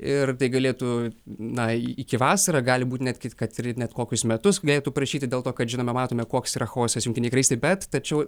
ir tai galėtų na iki vasarą gali būt netgi kad ir net kokius metus jei eitų prašyti dėl to kad žinoma matome koks yra chaosas jungtinėj karalystėj bet tačiau